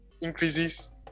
increases